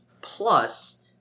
plus